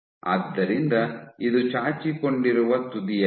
ಆದ್ದರಿಂದ ಇದು ಚಾಚಿಕೊಂಡಿರುವ ತುದಿಯಲ್ಲಿತ್ತು